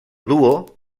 duo